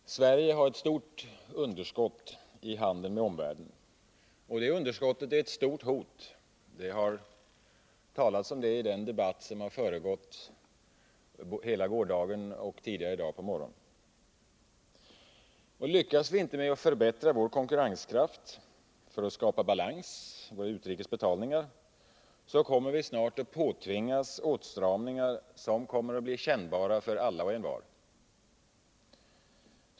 Herr talman! Sverige har ett stort underskott i handeln med omvärlden, och det underskottet är ett stort hot — det har talats om det i den debatt som har försiggått här hela gårdagen och i dag på morgonen. Lyckas vi inte förbättra vår konkurrenskraft för att skapa balans i våra utrikesbetalningar, kommer vi snart att påtvingas åtstramningar som kommer att bli kännbara för alla och envar.